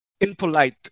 impolite